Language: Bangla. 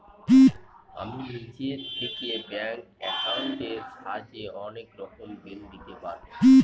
আমি নিজে থেকে ব্যাঙ্ক একাউন্টের সাহায্যে অনেক রকমের বিল দিতে পারবো